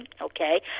okay